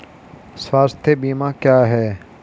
स्वास्थ्य बीमा क्या है?